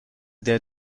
der